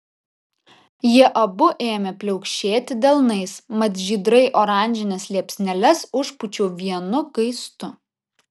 jie abu ėmė pliaukšėti delnais mat žydrai oranžines liepsneles užpūčiau vienu gaistu